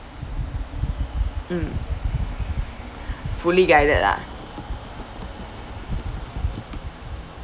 mm fully guided ah